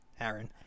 Aaron